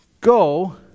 go